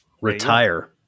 Retire